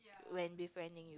when befriending